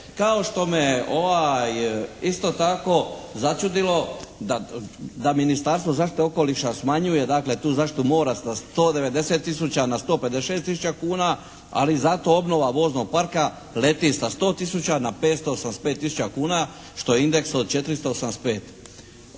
kao što me isto tako začudilo da Ministarstvo zaštite okoliša smanjuje dakle tu zaštitu mora sa 190 tisuća na 156 tisuća kuna, ali zato obnova voznog parka leti sa 100 tisuća na 585 tisuća kuna što je indeks od 485.